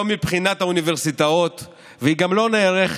לא נערכת מבחינת האוניברסיטאות וגם לא נערכת